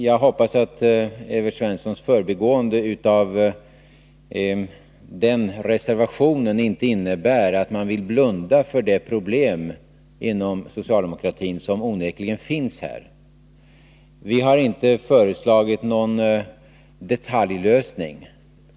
Jag hoppas att Evert Svenssons förbigående av den reservationen inte innebär att man inom socialdemokratin vill blunda för det problem som onekligen finns här. Vi har inte föreslagit någon detaljlösning.